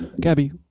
Gabby